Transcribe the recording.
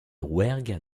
rouergue